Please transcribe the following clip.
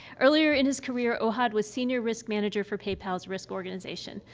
earlier in his career, ohad was senior risk manager for paypal's risk organization.